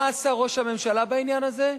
מה עשה ראש הממשלה בעניין הזה?